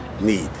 need